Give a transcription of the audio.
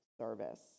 service